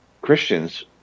Christians